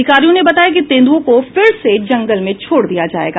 अधिकारियों ने बताया कि तेंदुए को फिर से जंगल में छोड़ दिया जाएगा